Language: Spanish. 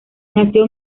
nació